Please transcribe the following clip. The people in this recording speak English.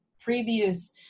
previous